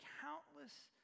countless